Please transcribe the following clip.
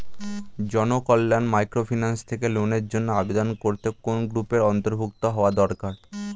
Janakalyan microfinance থেকে লোনের জন্য আবেদন করতে কোন গ্রুপের অন্তর্ভুক্ত হওয়া দরকার?